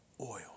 oil